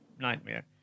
nightmare